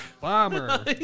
Bomber